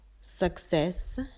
success